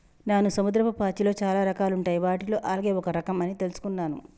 నాను సముద్రపు పాచిలో చాలా రకాలుంటాయి వాటిలో ఆల్గే ఒక రఖం అని తెలుసుకున్నాను